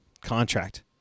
contract